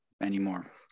anymore